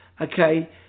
okay